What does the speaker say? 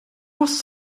was